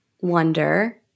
wonder